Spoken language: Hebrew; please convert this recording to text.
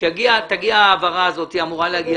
עת תגיע ההעברה הזאת והיא אמורה להגיע